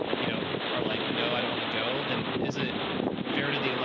you know, or like, no, i don't want to go then. is it fair to the, like